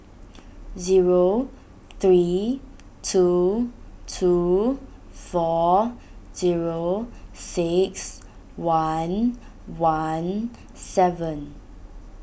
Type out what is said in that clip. zero three two two four zero six one one seven